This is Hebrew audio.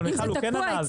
אבל מיכל הוא כן ענה על זה.